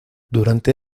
durante